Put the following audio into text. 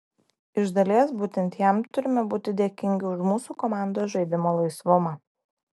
iš dalies būtent jam turime būti dėkingi už mūsų komandos žaidimo laisvumą